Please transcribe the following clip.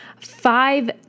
five